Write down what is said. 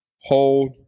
hold